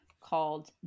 called